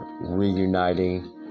reuniting